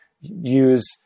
use